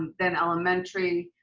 then elementary,